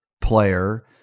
player